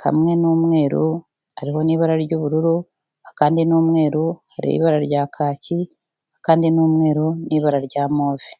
kamwe ni umweru hariho n'ibara ry'ubururu, akandi ni umweru hariho ibara rya kaki, akandi ni umweru n'ibara rya move.